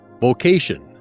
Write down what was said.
vocation